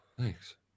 thanks